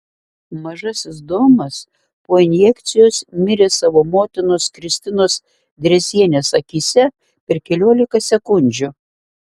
mažasis domas po injekcijos mirė savo motinos kristinos drėzienės akyse per keliolika sekundžių